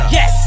Yes